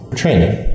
training